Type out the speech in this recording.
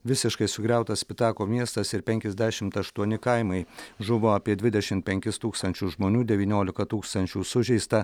visiškai sugriautas spitako miestas ir penkiasdešimt aštuoni kaimai žuvo apie dvidešimt penkis tūkstančius žmonių devyniolika tūkstančių sužeista